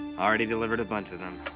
already delivered a bunch of them.